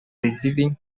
receiving